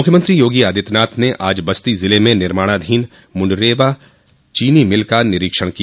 मुख्यमंत्री योगी आदित्यनाथ ने आज बस्ती ज़िले में निर्माणाधीन मुंडेरवा चीनी मिल का निरीक्षण किया